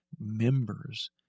members